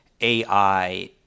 AI